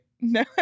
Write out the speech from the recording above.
No